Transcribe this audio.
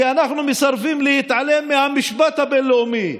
כי אנחנו מסרבים להתעלם מהמשפט הבין-לאומי,